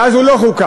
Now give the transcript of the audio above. ואז הוא לא חוקק.